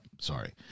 Sorry